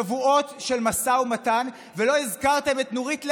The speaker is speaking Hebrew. שבועות של משא ומתן ולא הזכרתם את נורית לרגע,